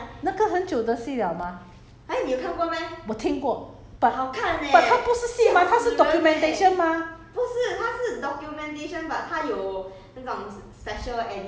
orh it's it's a place in korea it's a hospital in korea 那个很久的戏 liao mah 我听过 but but 它不是戏 mah 它是 documentation mah